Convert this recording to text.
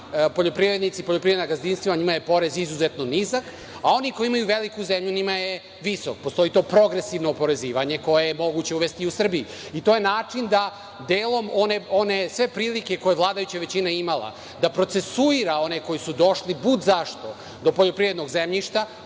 poljoprivrednici, poljoprivredna gazdinstva kojima je porez izuzetno nizak, a oni koji imaju veliku zemlju njima je visok. Postoji to progresivno oporezivanje koje je moguće uvesti u Srbiji. To je način da delom, sve prilike koje je vladajuća većina imala da procesuira one koji su došli bud zašto do poljoprivrednog zemljišta,